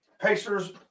Pacers